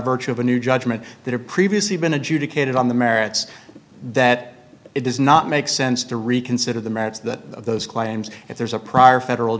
virtue of a new judgment that had previously been adjudicated on the merits that it does not make sense to reconsider the merits that those claims if there's a prior federal